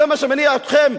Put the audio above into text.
זה מה שמניע אתכם?